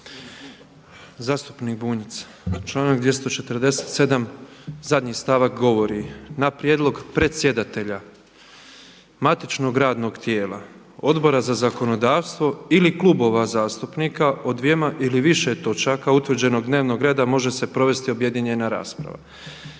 Zastupnik Bunjac, članak 247. zadnji stavak govori: „Na prijedlog predsjedatelja matičnog radnog tijela, Odbora za zakonodavstvo ili klubova zastupnika od dvjema ili više točaka utvrđenog dnevnog reda može se provesti objedinjena rasprava.“.